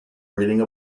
reading